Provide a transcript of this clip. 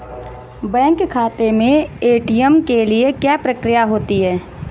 Bank खाते में ATM के लिए क्या प्रक्रिया होती है?